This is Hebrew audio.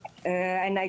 מברזיל.